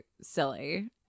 silly